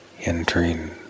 entering